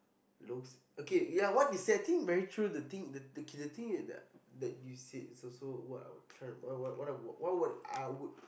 looks okay yeah what you say I think very true the thing that you said is also what I would try what I would what would I